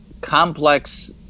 complex